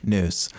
News